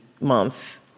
Month